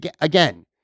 again